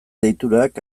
deiturak